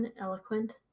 Eloquent